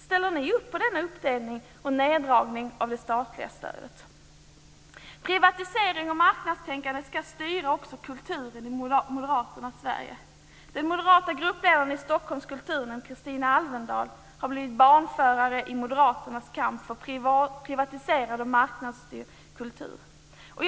Ställer ni upp på denna uppdelning och neddragning av det statliga stödet? Privatisering och marknadstänkande ska styra också kulturen i moderaternas Sverige. Den moderata gruppledaren i Stockholms kulturnämnd, Kristina Alvendal, har blivit banförare i moderaternas kamp för privatiserad och marknadsstyrd kultur.